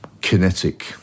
kinetic